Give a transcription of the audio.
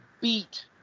beat